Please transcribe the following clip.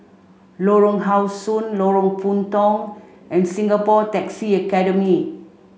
Lorong How Sun Lorong Puntong and Singapore Taxi Academy